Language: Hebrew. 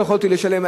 לא יכולתי לשלם,